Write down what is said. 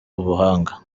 ubuhanga